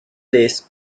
list